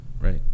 right